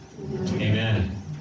Amen